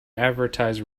advertise